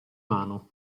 mano